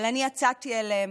אבל אני יצאתי אליהם,